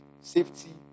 safety